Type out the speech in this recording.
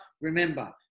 Remember